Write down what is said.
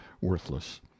worthless